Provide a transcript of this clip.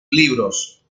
libros